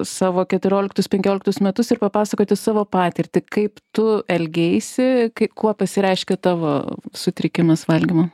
savo keturioliktus penkioliktus metus ir papasakoti savo patirtį kaip tu elgeisi kai kuo pasireiškia tavo sutrikimas valgymo